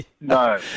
No